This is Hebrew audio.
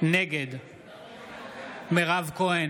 נגד מירב כהן,